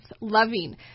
loving